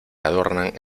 adornan